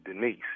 Denise